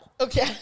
Okay